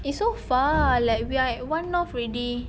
it's so far like we're at one north already